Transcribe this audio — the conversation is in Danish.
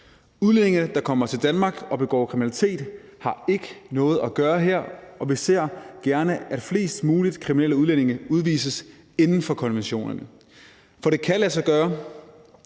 Udlændinge, der kommer til Danmark og begår kriminalitet, har ikke noget at gøre her, og vi ser gerne, at flest mulige kriminelle udlændinge udvises inden for konventionerne. For at det kan lade sig gøre,